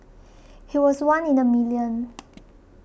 he was one in a million